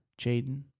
Jaden